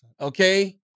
Okay